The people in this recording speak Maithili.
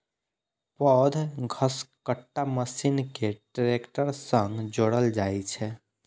पैघ घसकट्टा मशीन कें ट्रैक्टर सं जोड़ल जाइ छै